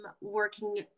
working